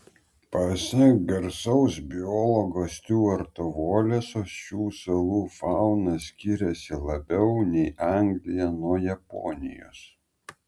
pasak garsaus biologo stiuarto voleso šių salų fauna skiriasi labiau nei anglija nuo japonijos